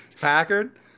Packard